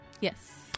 Yes